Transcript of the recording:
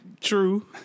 True